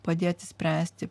padėti spręsti